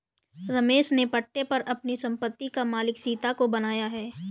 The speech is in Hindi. रमेश ने पट्टे पर अपनी संपत्ति का मालिक सीता को बनाया है